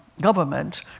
government